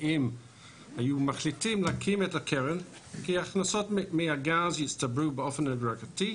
היו מחליטים להקים את הקרן כי ההכנסות מהגז הצטברו בהדרגתיות,